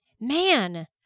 Man